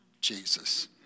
Jesus